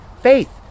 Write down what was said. faith